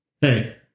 hey